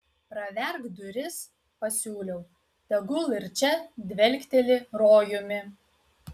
praverk duris pasiūliau tegul ir čia dvelkteli rojumi